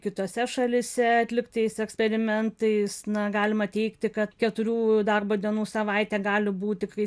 kitose šalyse atliktais eksperimentais na galima teigti kad keturių darbo dienų savaitė gali būti tikrai